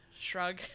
shrug